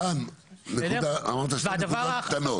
רן, אמרה נקודות קטנות.